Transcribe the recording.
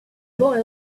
boy